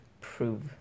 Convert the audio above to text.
prove